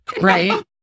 Right